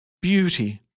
Beauty